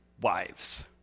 wives